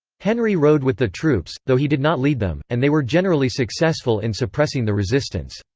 henry rode with the troops, though he did not lead them, and they were generally successful in suppressing the resistance.